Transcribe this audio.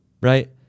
right